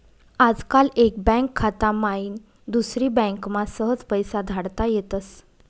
आजकाल एक बँक खाता माईन दुसरी बँकमा सहज पैसा धाडता येतस